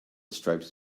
stripes